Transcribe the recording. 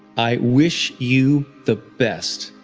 i wish you the best.